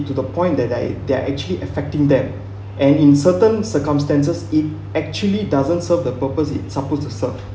to the point that I that I actually affecting them and in certain circumstances it actually doesn't serve the purpose it's supposed to serve